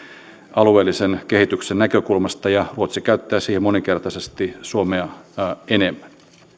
alueellisen kehityksen näkökulmasta ja ruotsi käyttää siihen moninkertaisesti suomea enemmän